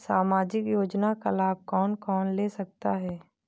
सामाजिक योजना का लाभ कौन कौन ले सकता है?